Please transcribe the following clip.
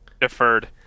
Deferred